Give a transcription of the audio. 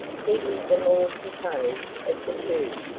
he was the more composed of the two.